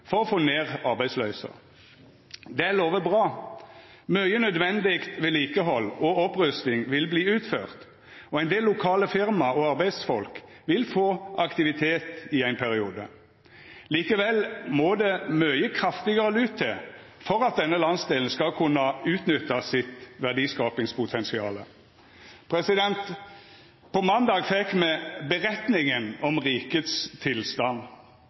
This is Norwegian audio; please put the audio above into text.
for å få ned arbeidsløysa. Det lovar bra. Mykje nødvendig vedlikehald og opprusting vil verta utført, og ein del lokale firma og arbeidsfolk vil få aktivitet i ein periode. Likevel må det mykje kraftigare lut til for at denne landsdelen skal kunna utnytta sitt verdiskapingspotensial. På måndag fekk me «beretningen om rikets tilstand».